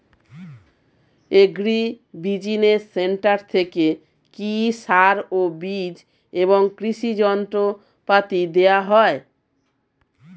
Agri business centre থেকে কি সার ও বিজ এবং কৃষি যন্ত্র পাতি দেওয়া হয়?